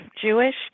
Jewish